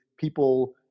people